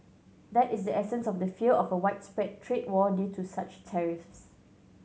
that is the essence of the fear of a widespread trade war due to such tariffs